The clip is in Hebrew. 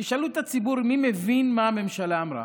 תשאלו את הציבור מי מבין מה הממשלה אמרה